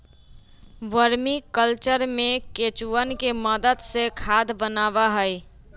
vermi culture में केंचुवन के मदद से खाद बनावा हई